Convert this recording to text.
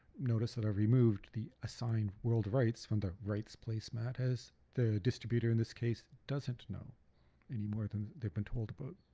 notice that i've removed the assigned world rights from the rights placemat as the distributor in this case doesn't know any more than they've been told about.